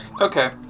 Okay